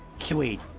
Sweet